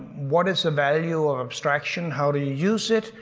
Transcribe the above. what is value of abstraction, how do you use it?